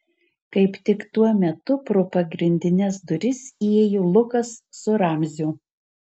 kaip tik tuo metu pro pagrindines duris įėjo lukas su ramziu